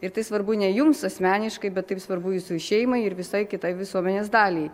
ir tai svarbu ne jums asmeniškai bet taip svarbu jūsų šeimai ir visai kitai visuomenės daliai